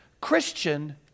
Christian